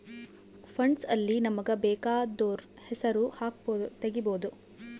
funds ಅಲ್ಲಿ ನಮಗ ಬೆಕಾದೊರ್ ಹೆಸರು ಹಕ್ಬೊದು ತೆಗಿಬೊದು